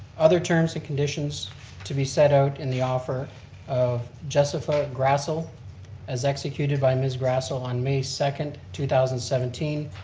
other terms and conditions to be set out in the offer of jessica grassl as executed by ms. grassl on may second, two thousand and seventeen,